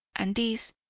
and this,